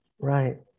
right